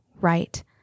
right